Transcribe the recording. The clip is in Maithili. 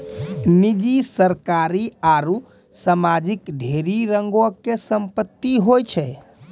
निजी, सरकारी आरु समाजिक ढेरी रंगो के संपत्ति होय छै